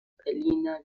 berliner